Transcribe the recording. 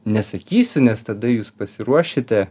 nesakysiu nes tada jūs pasiruošite